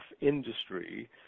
industry